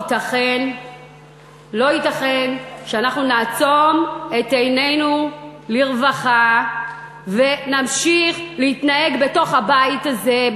לא ייתכן שאנחנו נעצום את עינינו לרווחה ונמשיך להתנהג בבית הזה,